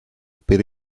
per